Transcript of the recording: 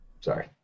sorry